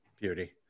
Beauty